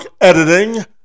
editing